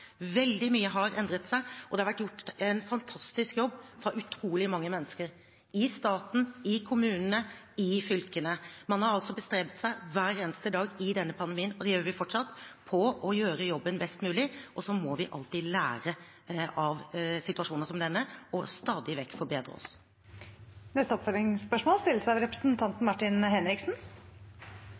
Veldig mye har endret seg, og det har vært gjort en fantastisk jobb fra utrolig mange mennesker i staten, i kommunene, i fylkene. Man har bestrebet seg hver eneste dag i denne pandemien, og det gjør vi fortsatt, på å gjøre jobben best mulig. Så må vi alltid lære av situasjoner som denne og stadig vekk forbedre oss. Martin Henriksen – til oppfølgingsspørsmål.